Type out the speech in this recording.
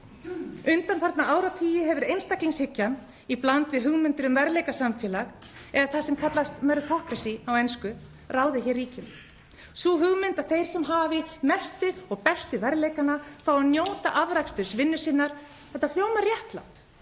Undanfarna áratugi hefur einstaklingshyggjan í bland við hugmyndir um verðleikasamfélag, eða það sem kallast „meritocracy“ á ensku, ráðið hér ríkjum, sú hugmynd að þeir sem hafi mestu og bestu verðleikana fái að njóta afraksturs vinnu sinnar. Þetta hljómar réttlátt,